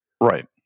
Right